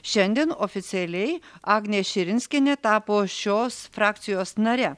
šiandien oficialiai agnė širinskienė tapo šios frakcijos nare